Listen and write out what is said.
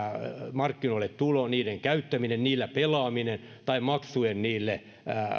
markkinoille tulo niiden käyttäminen niillä pelaaminen tai maksujen niille